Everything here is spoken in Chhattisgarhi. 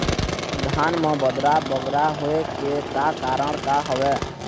धान म बदरा बगरा होय के का कारण का हवए?